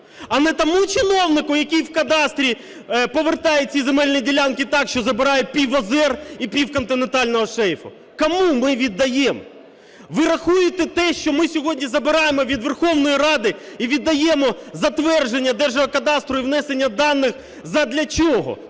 А не тому чиновнику, який в кадастрі повертає ці земельні ділянки так, що забирає пів озер і пів континентального шельфу? Кому ми віддаємо? Ви рахуєте те, що ми сьогодні забираємо від Верховної Ради і віддаємо затвердження держгеокадастру і внесення даних задля чого?